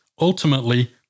ultimately